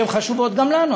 שהן חשובות גם לנו.